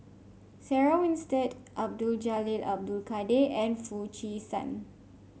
Sarah Winstedt Abdul Jalil Abdul Kadir and Foo Chee San